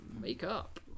Makeup